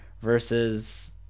versus